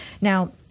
Now